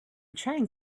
trying